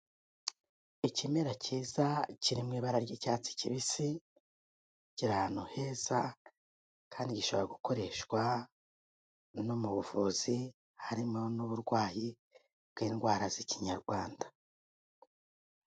Ikimera cyiza, kiri mu ibara ry'icyatsi kibisi, kiri ahantu heza, kandi gishobora gukoreshwa no mu buvuzi, harimo n'uburwayi bw'indwara z'ikinyarwanda.